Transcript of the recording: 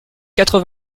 quatre